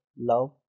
love